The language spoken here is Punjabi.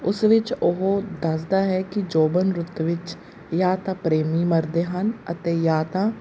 ਉਸ ਵਿੱਚ ਉਹ ਦੱਸਦਾ ਹੈ ਕਿ ਜੋਬਨ ਰੁੱਤ ਵਿੱਚ ਜਾਂ ਤਾਂ ਪ੍ਰੇਮੀ ਮਰਦੇ ਹਨ ਅਤੇ ਜਾਂ ਤਾਂ